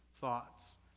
thoughts